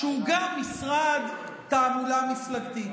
שהוא גם משרד תעמולה מפלגתית,